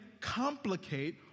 complicate